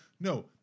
no